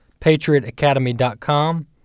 patriotacademy.com